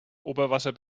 oberwasser